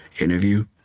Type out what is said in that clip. interview